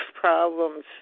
problems